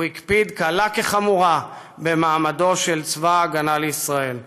והוא הקפיד קלה כחמורה במעמדו של צבא ההגנה לישראל.